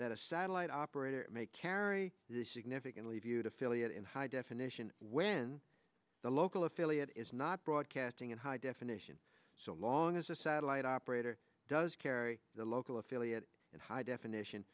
that a satellite operator may carry significantly viewed affiliate in high definition when the local affiliate is not broadcasting in high definition so long as a satellite operator does carry the local affiliate in high definition